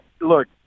look